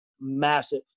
massive